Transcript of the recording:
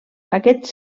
aquests